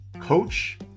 coach